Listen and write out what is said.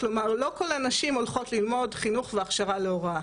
כלומר לא כל הנשים הולכות ללמוד חינוך והכשרה להוראה.